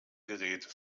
geräte